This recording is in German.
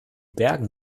bergen